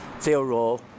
zero